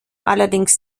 allerdings